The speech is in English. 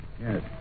Yes